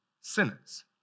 sinners